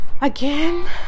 Again